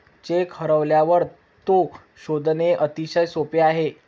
check हरवल्यावर तो शोधणे अतिशय सोपे आहे